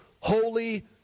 holy